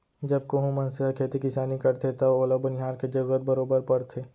जब कोहूं मनसे ह खेती किसानी करथे तव ओला बनिहार के जरूरत बरोबर परथे